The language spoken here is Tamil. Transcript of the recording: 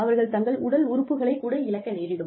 அவர்கள் தங்கள் உடல் உறுப்புகளை கூட இழக்க நேரிடும்